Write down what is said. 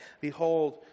Behold